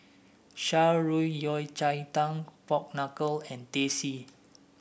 Shan Rui Yao Cai Tang Pork Knuckle and Teh C